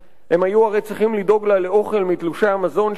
הם היו הרי צריכים לדאוג לה לאוכל מתלושי המזון שלהם,